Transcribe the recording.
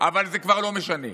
אבל זה כבר לא משנה.